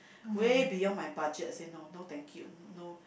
way beyond my budget I say no no thank you no